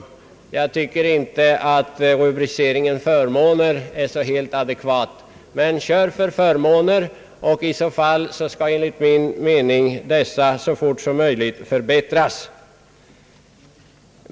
Jag tycker inte att rubriceringen »förmåner» är helt adekvat, men låt oss säga förmåner då. Enligt min uppfattning bör dessa förmåner så fort som möjligt förbättras.